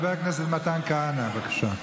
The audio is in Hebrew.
חבר הכנסת מתן כהנא, בבקשה.